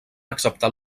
acceptar